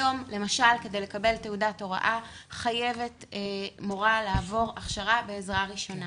היום למשל כדי לקבל תעודת הוראה חייבת מורה לעבור הכשרה בעזרה ראשונה.